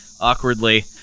awkwardly